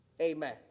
Amen